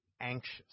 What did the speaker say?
anxious